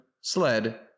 SLED